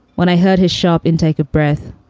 when i heard his sharp intake of breath,